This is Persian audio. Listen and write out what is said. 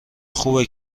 خوبه